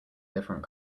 different